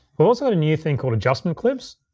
but also got a new thing, called adjustment clips.